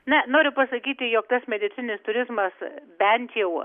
na noriu pasakyti jog tas medicininis turizmas bent jau